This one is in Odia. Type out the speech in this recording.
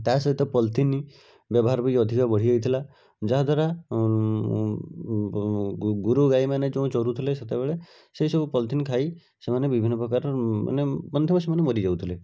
ତା' ସହିତ ପଲିଥିନ୍ ବ୍ୟବହାର ବି ଅଧିକ ବଢ଼ିଯାଇଥିଲା ଯାହାଦ୍ୱାରା ଗୋରୁଗାଈମାନେ ଯୋଉଁ ଚରୁଥିଲେ ସେତେବେଳେ ସେହିସବୁ ପଲିଥିନ୍ ଖାଇ ସେମାନେ ବିଭିନ୍ନ ପ୍ରକାରର ମାନେ ମନେଥିବ ସେମାନେ ମରିଯାଉଥିଲେ